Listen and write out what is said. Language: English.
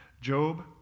Job